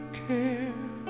care